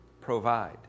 provide